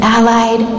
Allied